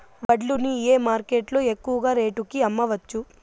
వడ్లు ని ఏ మార్కెట్ లో ఎక్కువగా రేటు కి అమ్మవచ్చు?